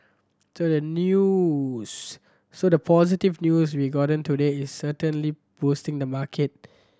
so the news so the positive news we've gotten today is certainly boosting the market